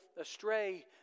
astray